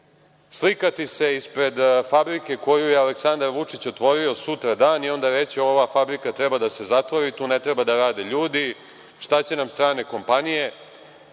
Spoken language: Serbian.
slikati se ispred fabrike koju je Aleksandar Vučić otvorio sutradan i onda reći – ova fabrika treba da se zatvori, tu ne treba da rade ljudi, šta će nam strane kompanije. Bošku